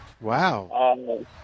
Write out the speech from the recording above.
Wow